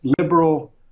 liberal